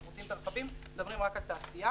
אנחנו מוציאים את הרכבים, מדברים רק על תעשייה.